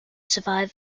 survive